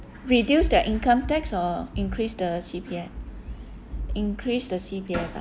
reduce their income tax or increase the C_P_F increase the C_P_F ah